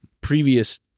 previous